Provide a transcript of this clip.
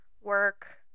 work